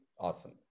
Awesome